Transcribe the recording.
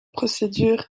procédure